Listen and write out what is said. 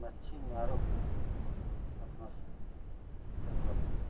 मछली मारो अपना सब करके